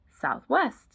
Southwest